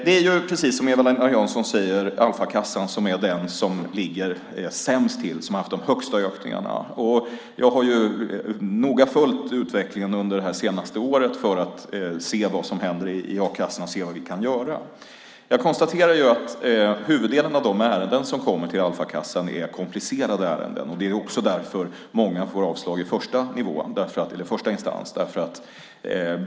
Det är, precis som Eva-Lena Jansson säger, Alfakassan som ligger sämst till och har haft de högsta ökningarna. Jag har noga följt utvecklingen under det senaste året för att se vad som händer i a-kassan och vad vi kan göra. Jag konstaterar att huvuddelen av de ärenden som kommer till Alfakassan är komplicerade, och det är också därför många får avslag i första instans.